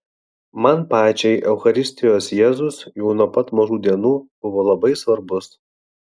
man pačiai eucharistijos jėzus jau nuo pat mažų dienų buvo labai svarbus